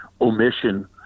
omission